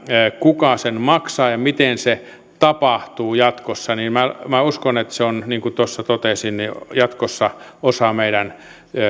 kuka sen maksaa ja miten se tapahtuu jatkossa minä minä uskon että se on niin kuin tuossa totesin jatkossa osa meidän